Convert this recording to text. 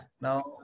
Now